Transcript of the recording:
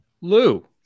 Lou